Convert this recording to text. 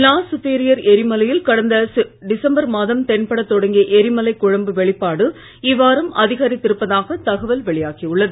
லா Soufriere எரிமலையில் கடந்த December மாதம் தென்படத் தொடங்கிய எரிமலைக் குழம்பு வெளிப்பாடு இவ்வாரம் அதிகரித்து இருப்பதாக தகவல் வெளியாகி உள்ளது